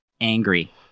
angry